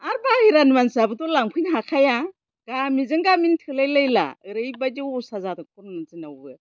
आरो बायहेरानि मानसियाबोथ' लांफैनो हाखाया गामिजों गामिनो थोलाय लायला ओरैबायदि अबस्था जादों कर'नानि दिनावबो